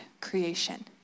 creation